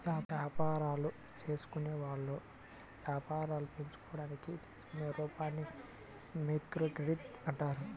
యాపారాలు జేసుకునేవాళ్ళు యాపారాలు పెంచుకోడానికి తీసుకునే రుణాలని మైక్రోక్రెడిట్ అంటారు